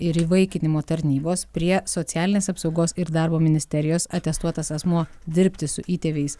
ir įvaikinimo tarnybos prie socialinės apsaugos ir darbo ministerijos atestuotas asmuo dirbti su įtėviais